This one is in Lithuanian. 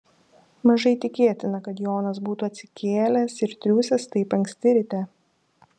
mažai tikėtina kad jonas būtų atsikėlęs ir triūsęs taip anksti ryte